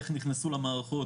איך נכנסו למערכות,